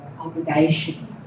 obligation